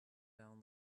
down